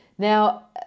Now